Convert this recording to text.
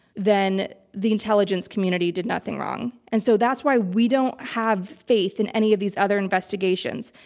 then the intelligence community did nothing wrong. and so that's why we don't have faith in any of these other investigations.